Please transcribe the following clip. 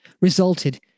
resulted